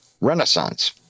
renaissance